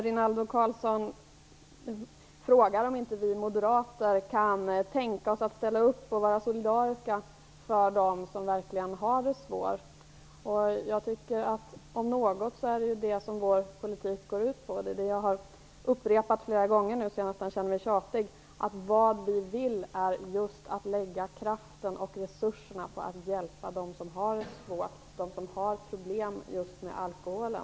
Rinaldo Karlsson frågar om inte vi moderater kan tänka oss att ställa upp och vara solidariska med dem som verkligen har det svårt. Jag tycker att det är detta om något som vår politik går ut på. Jag har nu upprepat så många gånger att jag nästan känner mig tjatig att vi vill lägga kraften och resurserna just på att hjälpa dem som har det svårt, dem som har problem med alkoholen.